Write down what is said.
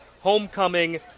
homecoming